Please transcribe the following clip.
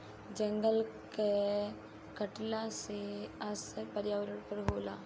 जंगल के कटला के असर पर्यावरण पर होला